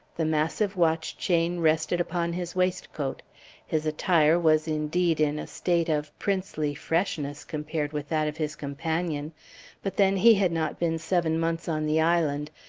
the massive watch-chain rested upon his waistcoat his attire was indeed in a state of princely freshness compared with that of his companion but then he had not been seven months on the island,